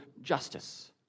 justice